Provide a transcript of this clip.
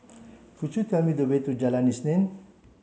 could you tell me the way to Jalan Isnin